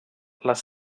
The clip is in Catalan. les